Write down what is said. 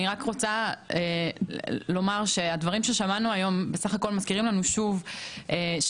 אני רק רוצה לומר שהדברים ששמענו היום בסך הכל מזכירים לנו שוב שיש